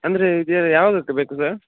ಅಂದರೆ ಇದು ಯಾವಾಗಕ್ಕೆ ಬೇಕು ಸರ್